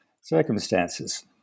circumstances